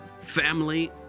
family